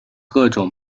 各种